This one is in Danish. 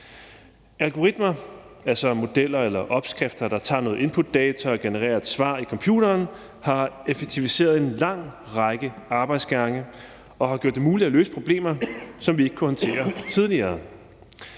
Algoritmer, altså modeller eller opskrifter, der tager noget inputdata og genererer et svar i computeren, har effektiviseret en lang række arbejdsgange og har gjort det muligt at løse problemer, som vi ikke kunne håndtere tidligere.